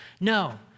no